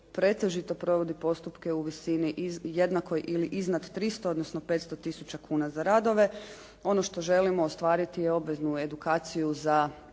pretežito provodi postupke u visini jednakoj ili iznad 300 ili 500 tisuća kuna za radove. Ono što želimo ostvariti je obveznu edukaciju za osobe